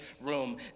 room